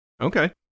Okay